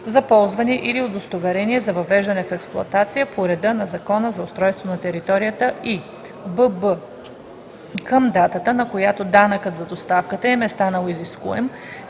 за ползване или удостоверение за въвеждане в експлоатация по реда на Закона за устройство на територията, и бб) към датата, на която данъкът за доставката им е станал изискуем,